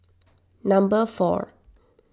number four